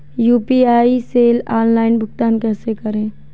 UPI से online भुगतान कैसे करें?